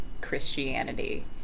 Christianity